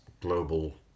global